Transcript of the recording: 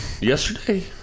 yesterday